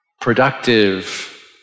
productive